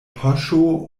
poŝo